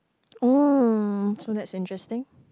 oh so that's interesting